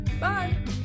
Bye